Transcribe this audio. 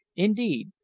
indeed,